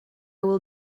will